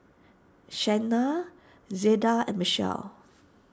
Shena Zelda and Mitchell